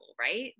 right